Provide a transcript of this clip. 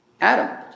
Adam